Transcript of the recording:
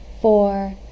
Four